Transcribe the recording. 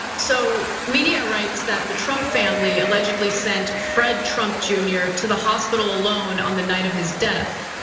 so media writes that the trump family allegedly sent fred trump jr. to the hospital alone on the night of his death,